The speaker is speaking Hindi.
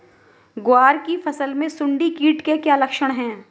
ग्वार की फसल में सुंडी कीट के क्या लक्षण है?